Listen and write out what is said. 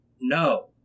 no